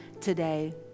today